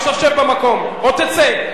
עכשיו שב במקום או תצא.